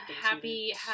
happy